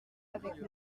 avec